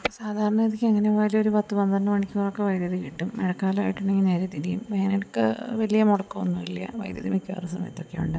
ഇപ്പം സാധാരണ ഗതിക്ക് എങ്ങനെ പോയാലും ഒരു പത്ത് പന്ത്രണ്ട് മണിക്കൂറൊക്കെ വൈദ്യുതി കിട്ടും മഴക്കാലമായിട്ടുണ്ടെങ്കിൽ നേരെ തിരിയും വേനൽക്കാലം വലിയ മുടക്കമൊന്നുമില്ല വൈദ്യുതി മിക്കവാറും സമയത്തൊക്കെ ഉണ്ട്